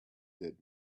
did